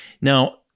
Now